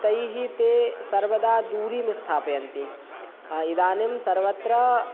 तैः ते सर्वदा दूरं स्थापयन्ति इदानीं सर्वत्र